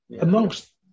amongst